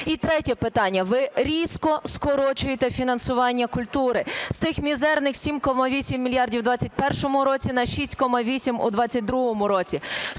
І третє питання. Ви різко скорочуєте фінансування культури. З тих мізерних 7,8 мільярда в 21-му році на 6,8 у 22-му році.